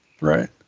Right